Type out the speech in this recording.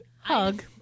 hug